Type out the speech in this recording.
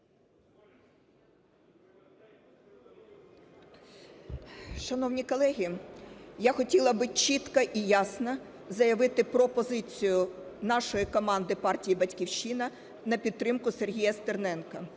Шановні колеги, я хотіла би чітко і ясно заявити про позицію нашої команди партії "Батьківщина" на підтримку Сергія Стерненка.